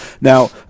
Now